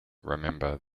remember